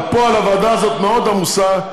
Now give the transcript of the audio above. בפועל הוועדה הזאת מאוד עמוסה,